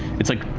it's like